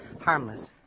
harmless